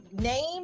name